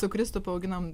su kristupu auginam